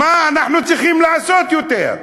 מה אנחנו צריכים לעשות יותר?